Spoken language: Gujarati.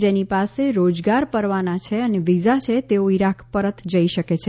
જેની પાશે રોજગાર પરવાના છે અને વિઝા છે તેઓ ઇરાક પરત જઇ શકે છે